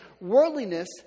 worldliness